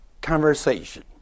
conversation